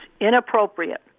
inappropriate